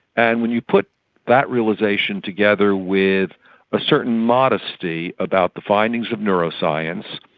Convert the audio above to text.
and when you put that realisation together with a certain modesty about the findings of neuroscience,